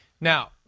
Now